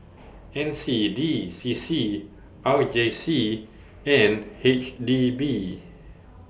N C D C C R J C and H D B